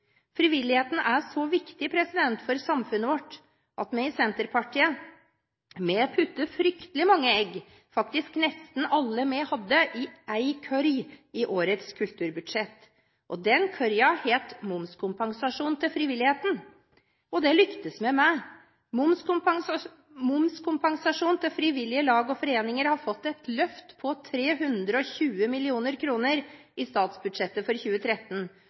Frivilligheten er så viktig for samfunnet vårt at vi i Senterpartiet puttet fryktelig mange egg – faktisk nesten alle vi hadde – i en kurv i årets kulturbudsjett. Den kurven het momskompensasjon til frivilligheten. Og det lyktes vi med. Momskompensasjonen til frivillige lag og foreninger har fått et løft på 320 mill. kr i statsbudsjettet for 2013,